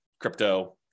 crypto